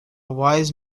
wise